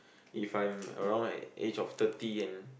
if I'm around at age of thirty and